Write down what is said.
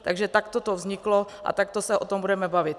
Takže takto to vzniklo a takto se o tom budeme bavit.